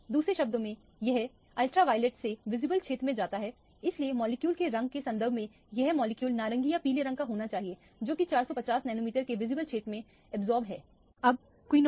दूसरे शब्दों में यह पराबैंगनी क्षेत्र से विजिबल क्षेत्र में जाता है इसलिए मॉलिक्यूल के रंग के संदर्भ में यह मॉलिक्यूल नारंगी या पीले रंग का होना चाहिए जो कि 450 नैनोमीटर के विजिबल क्षेत्र में अब्जॉर्प्शन है